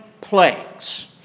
plagues